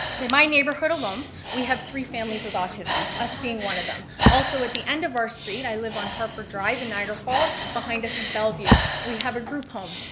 my neighborhood alone, we have three families with autism, us being one of them. also at the end of our street, i live on harper drive in niagara falls, behind us is bellevue, we have a group home.